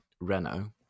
Renault